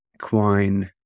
quine